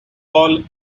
all